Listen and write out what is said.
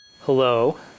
Hello